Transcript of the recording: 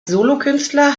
solokünstler